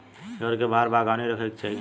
घर के बाहर बागवानी रखे के चाही